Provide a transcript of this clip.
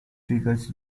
triggers